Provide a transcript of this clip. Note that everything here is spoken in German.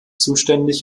zuständig